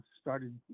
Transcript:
started